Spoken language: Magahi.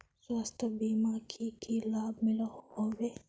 स्वास्थ्य बीमार की की लाभ मिलोहो होबे?